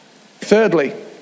Thirdly